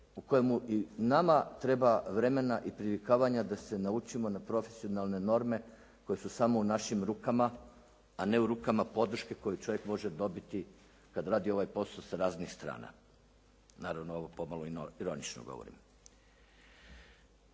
u kojemu i nama treba vremena i privikavanja da se naučimo na profesionalne norme koje su samo u našim rukama a ne u rukama podrške koju čovjek može dobiti kad radi ovaj posao sa raznih strana. Naravno, ovo pomalo ironično govorim.